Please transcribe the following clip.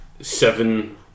seven